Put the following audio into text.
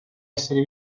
esseri